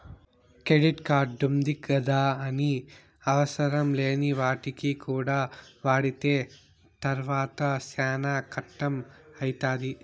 credit కార్డుంది గదాని అవసరంలేని వాటికి కూడా వాడితే తర్వాత సేనా కట్టం అయితాది